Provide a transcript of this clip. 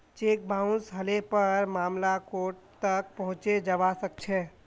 cheque bounce हले पर मामला कोर्ट तक पहुंचे जबा सकछे